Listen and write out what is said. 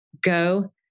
go